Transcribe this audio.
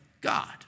God